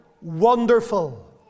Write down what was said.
wonderful